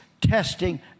testing